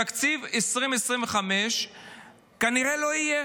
תקציב 2025 כנראה לא יהיה.